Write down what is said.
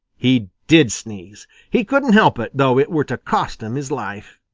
he did sneeze. he couldn't help it, though it were to cost him his life.